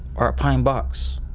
or a pine box.